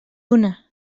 una